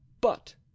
But